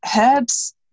herbs